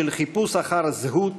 של חיפוש אחר זהות